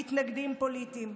מתנגדים פוליטיים.